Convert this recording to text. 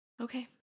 Okay